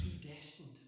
predestined